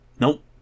Nope